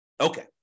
Okay